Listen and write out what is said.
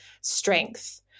strength